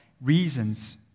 reasons